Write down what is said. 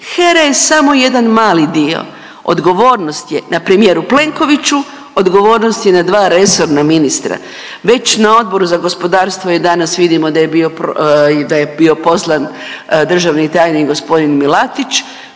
HERA je samo jedan mali dio. Odgovornost je na premijeru Plenkoviću, odgovornost je na dva resorna ministra. Već na Odboru za gospodarstvo danas vidimo da je bio poslan državni tajnik gospodin Milatić